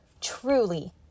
truly